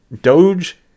Doge